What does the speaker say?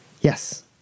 Yes